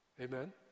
Amen